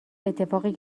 اتفاقی